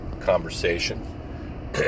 conversation